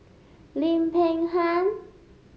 Lim Peng Han